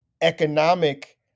economic